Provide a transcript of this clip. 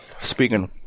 Speaking